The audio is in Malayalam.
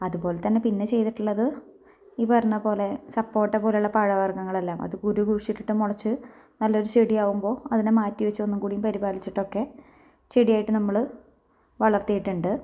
അതുപോലെ തന്നെ പിന്നെ ചെയ്തിട്ടുള്ളത് ഈ പറഞ്ഞത് പോലെ സപ്പോട്ട പോലെ ഉള്ള പഴവർഗ്ഗങ്ങളെല്ലാം അത് കുരു കുഴിച്ചിട്ടിട്ട് മുളച്ച് നല്ലൊരു ചെടിയാവുമ്പോൾ അതിനെ മാറ്റി വെച്ച് ഒന്നും കൂടി പരിപാലിച്ചിട്ടൊക്കെ ചെടിയായിട്ട് നമ്മൾ വളർത്തിയിട്ടുണ്ട്